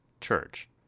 church